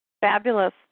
Fabulous